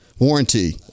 warranty